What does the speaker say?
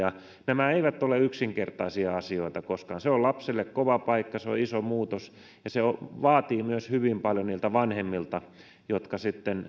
nämä eivät ole yksinkertaisia asioita koskaan se on lapselle kova paikka se on iso muutos ja se vaatii myös hyvin paljon niiltä vanhemmilta jotka